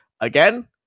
again